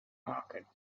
pocket